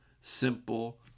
simple